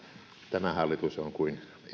tämä hallitus on kuin